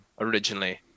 originally